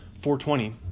4-20